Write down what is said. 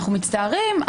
אנחנו מצטערים,